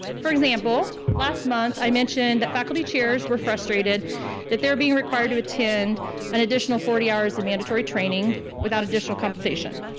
for example, last month i mentioned that faculty chairs were frustrated that they're being required to attend an additional forty hours of mandatory training without additional compensation.